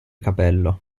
capello